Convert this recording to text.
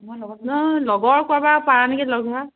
মই লগৰ নহয় লগৰ ক'ৰবাৰ পাৰা নেকি লগ ধৰা